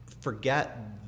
forget